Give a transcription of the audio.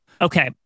Okay